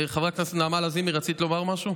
חברת הכנסת נעמה לזימי, רצית לומר משהו?